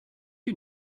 you